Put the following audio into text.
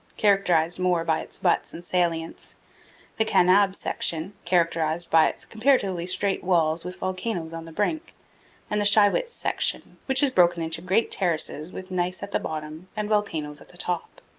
characterized more by its buttes and salients the kanab section, characterized by its comparatively straight walls with volcanoes on the brink and the shiwits section, which is broken into great terraces with gneiss at the bottom and volcanoes at the top.